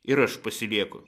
ir aš pasilieku